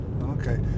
okay